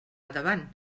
davant